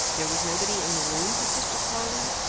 there was nobody in the room? persisted tarling.